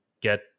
get